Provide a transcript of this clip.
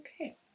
Okay